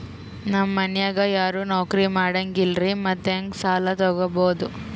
ನಮ್ ಮನ್ಯಾಗ ಯಾರೂ ನೌಕ್ರಿ ಮಾಡಂಗಿಲ್ಲ್ರಿ ಮತ್ತೆಹೆಂಗ ಸಾಲಾ ತೊಗೊಬೌದು?